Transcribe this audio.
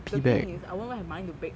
the thing is I won't even have money to bake